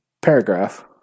paragraph